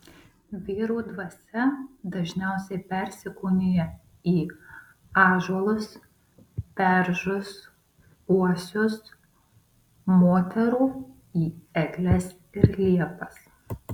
vyrų dvasia dažniausiai persikūnija į ąžuolus beržus uosius moterų į egles ir liepas